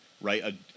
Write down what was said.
right